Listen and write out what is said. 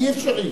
תמשיך,